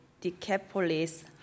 Decapolis